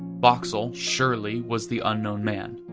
boxall, surely, was the unknown man.